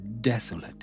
desolate